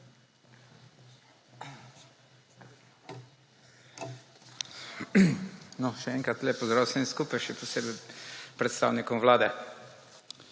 Še enkrat lep pozdrav vsem skupaj, še posebej predstavnikom Vlade!